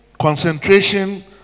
concentration